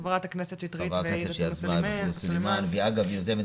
לח"כ שטרית וח"כ סלימאן ואגב היא יוזמת